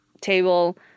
table